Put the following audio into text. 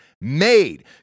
made